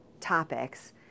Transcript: topics